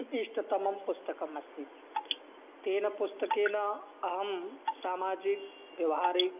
इष्टतमं पुस्तकम् अस्ति तेन पुस्तकेन अहं सामाजिकव्यावहारिक